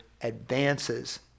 advances